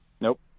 Nope